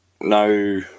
no